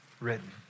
written